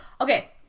Okay